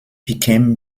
became